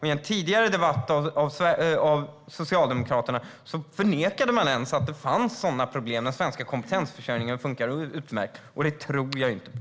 I en tidigare debatt med Socialdemokraterna förnekade man att det ens fanns sådana problem; den svenska kompetensförsörjningen fungerar utmärkt. Det tror jag inte på.